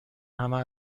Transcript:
همه